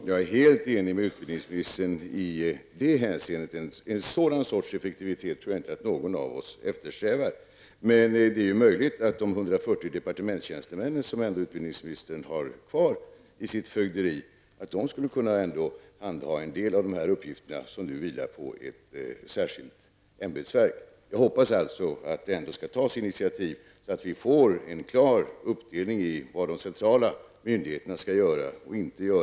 Herr talman! Jag är helt enig med utbildningsministern i det hänseendet. Effektivitet av det slaget tror jag inte att någon av oss eftersträvar. Men det är ju möjligt att de 140 departementstjänstemän som utbildningsministern har kvar i sitt fögderi ändå skulle kunna handha en del av de uppgifter som vilar på ett särskilt ämbetsverk. Jag hoppas alltså att det ändå skall tas initiativ så att vi får en klar uppdelning i vad de centrala myndigheterna skall göra och inte göra.